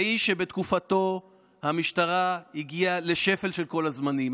האיש שבתקופתו המשטרה הגיעה לשפל של כל הזמנים,